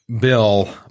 Bill